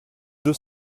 deux